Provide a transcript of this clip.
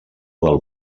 del